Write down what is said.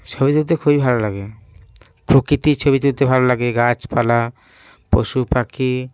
ছবি তুলতে খুবই ভালো লাগে প্রকৃতির ছবি তুলতে ভালো লাগে গাছপালা পশু পাখি